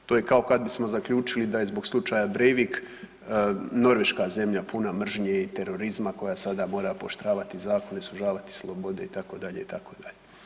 To je kao kad bismo zaključili da je zbog slučaja Breivik Norveška zemlja puna mržnje i terorizma koja sada mora pooštravati zakone, sužavati slobode, itd., itd.